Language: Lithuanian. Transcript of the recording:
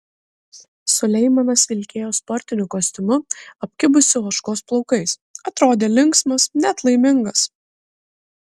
suleimanas vilkėjo sportiniu kostiumu apkibusiu ožkos plaukais atrodė linksmas net laimingas